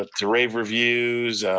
ah to rave reviews,